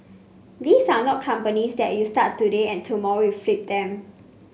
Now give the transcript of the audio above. these are not companies that you start today and tomorrow you flip them